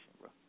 bro